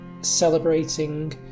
celebrating